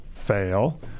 fail